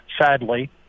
sadly